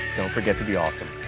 don't forget to be awesome.